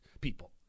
people